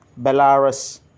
Belarus